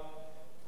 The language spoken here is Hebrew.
אולי קרוב